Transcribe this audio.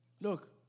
Look